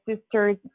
sisters